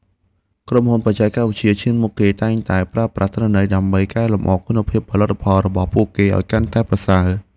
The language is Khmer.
ក្រុមហ៊ុនបច្ចេកវិទ្យាឈានមុខគេតែងតែប្រើប្រាស់ទិន្នន័យដើម្បីកែលម្អគុណភាពផលិតផលរបស់ពួកគេឱ្យកាន់តែប្រសើរ។